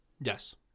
Yes